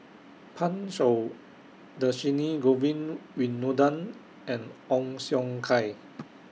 Pan Shou Dhershini Govin Winodan and Ong Siong Kai